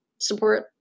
support